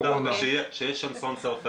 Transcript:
כשיש שאנסון צרפתי,